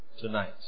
Tonight